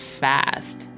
fast